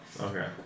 Okay